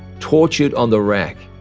tortured on the rack,